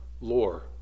lore